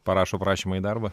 parašo prašymą į darbą